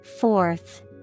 fourth